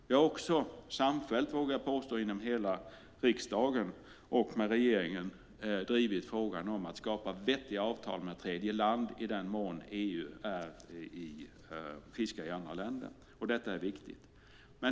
Vi har också samfällt, vågar jag påstå, inom hela riksdagen och med regeringen drivit frågan om att skapa vettiga avtal med tredjeland i den mån EU fiskar i andra länder. Detta är viktigt.